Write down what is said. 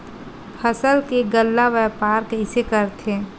फसल के गल्ला व्यापार कइसे करथे?